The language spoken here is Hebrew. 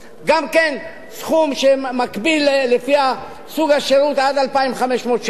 גם כן סכום שמקביל לפי סוג השירות, עד 2,500 שקל.